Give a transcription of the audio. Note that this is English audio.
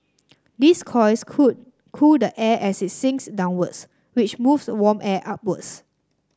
these coils could cool the air as it sinks downwards which moves warm air upwards